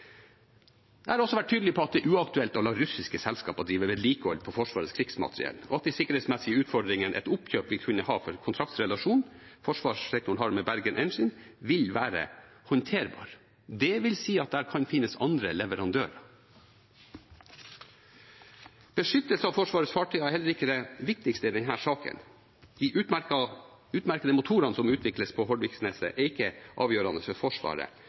Jeg har også vært tydelig på at det er uaktuelt å la russiske selskaper drive vedlikehold på Forsvarets krigsmateriell, og at de sikkerhetsmessige utfordringene et oppkjøp vil kunne ha for en kontraktsrelasjon forsvarssektoren har med Bergen Engines, vil være håndterbare. Det vil si at der kan finnes andre leverandører. Beskyttelse av Forsvarets fartøyer er heller ikke det viktigste i denne saken. De utmerkede motorene som utvikles på Hordvikneset, er ikke avgjørende for Forsvaret.